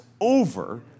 over